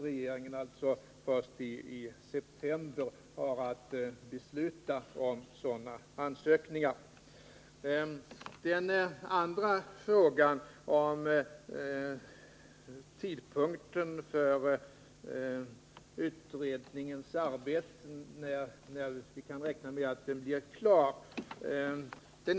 Regeringen har att besluta om sådana här ansökningar först i september. Den andra frågan gällde när vi kan räkna med att utredningen blir klar.